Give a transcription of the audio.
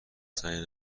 سعی